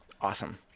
awesome